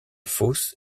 fosse